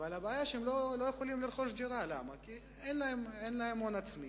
אך הם לא יכולים לרכוש דירה, כי אין להם הון עצמי.